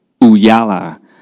Uyala